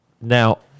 Now